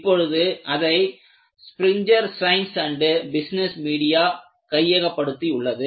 இப்பொழுது அதை Springer Science and Business Media கையகப்படுத்தியுள்ளது